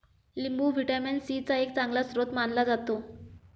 लिंबू vitamin C चा एक चांगला स्रोत मानला जातो